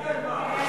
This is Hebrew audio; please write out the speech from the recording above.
תגיד על מה.